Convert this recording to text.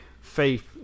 faith